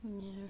mm